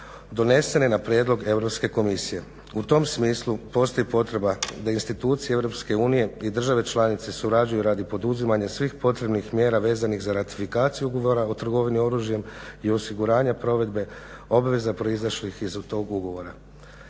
donesene na prijedlog Europske komisije. U tom smislu postoji potreba da institucije EU i države članice surađuju radi poduzimanja svih potrebnih mjera vezanih za ratifikaciju ugovora o trgovini oružjem i osiguranja provedbe obveza proizašlih iz tog ugovora.